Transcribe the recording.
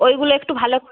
ওইগুলো একটু ভালো করে